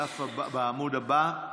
בעמוד הבא,